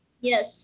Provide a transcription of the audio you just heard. Yes